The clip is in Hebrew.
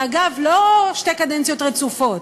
ואגב, לא שתי קדנציות רצופות.